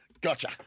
Gotcha